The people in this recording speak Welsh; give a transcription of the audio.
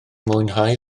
mwynhau